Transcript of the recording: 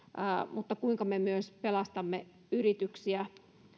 mutta myös kuinka me pelastamme yrityksiä